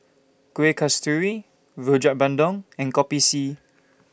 Kuih Kasturi Rojak Bandung and Kopi C